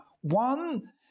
One